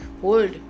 hold